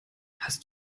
hast